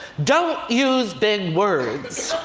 don't use big words.